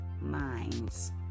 minds